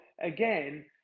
again